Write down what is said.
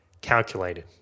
calculated